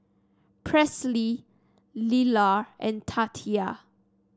Presley Lelar and Tatia